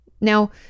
Now